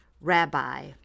rabbi